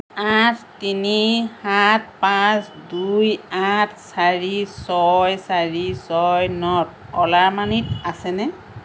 আঠ তিনি সাত পাঁচ দুই আঠ চাৰি ছয় চাৰি ছয় ন অ'লা মানিত আছেনে